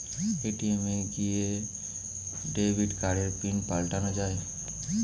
ATM এ গিয়ে debit কার্ডের পিন পাল্টানো যায়